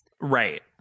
Right